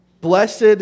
Blessed